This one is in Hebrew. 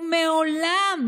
מעולם,